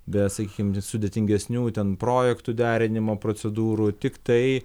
be sakykim sudėtingesnių ten projektų derinimo procedūrų tiktai